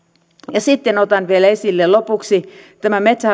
sitten otan vielä lopuksi esille tämän metsähallituksen